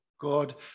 god